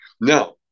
Now